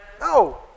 No